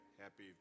happy